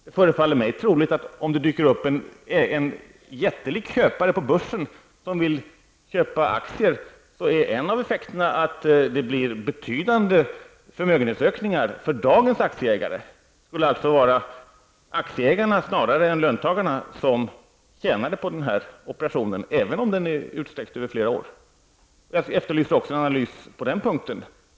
Det förefaller mig troligt att om en jättelik köpare dyker upp på börsen och vill köpa aktier, så är en av effekterna att det blir betydande förmögenhetsökningar för dagens aktieägare. Det skulle alltså vara aktieägarna snarare än löntagarfonderna som tjänade på den här operationen, även om den är utsträckt över flera år. Jag efterlyser också en analys på den punkten.